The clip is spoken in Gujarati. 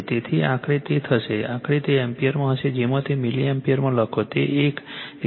તેથી આખરે તે થશે આખરે તે એમ્પીયરમાં હશે જેમાંથી મિલીએમ્પીયરમાં લખો તે એક 8